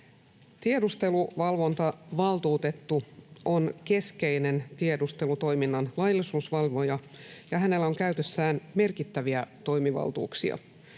Tiedusteluvalvontavaltuutettu on keskeinen tiedustelutoiminnan laillisuusvalvoja, ja hänellä on käytössään merkittäviä toimivaltuuksia.